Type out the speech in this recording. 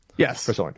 Yes